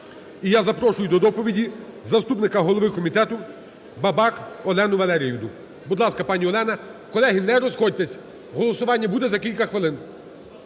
І я запрошую до доповіді заступника голови комітету Бабак Олену Валеріївну. Будь ласка, пані Олена. Колеги, не розходьтеся, голосування буде за кілька хвилин.